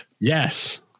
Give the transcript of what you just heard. Yes